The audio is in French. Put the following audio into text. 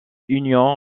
union